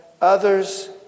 others